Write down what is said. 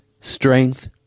strength